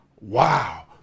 wow